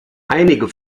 einige